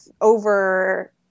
over